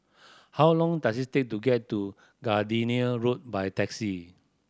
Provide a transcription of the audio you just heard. how long does it take to get to Gardenia Road by taxi